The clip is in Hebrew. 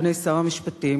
אדוני שר המשפטים,